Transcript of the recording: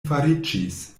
fariĝis